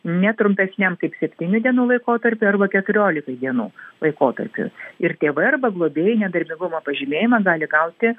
ne trumpesniam kaip septynių dienų laikotarpiui arba keturiolikai dienų laikotarpiui ir tėvai arba globėjai nedarbingumo pažymėjimą gali gauti